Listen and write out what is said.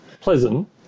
pleasant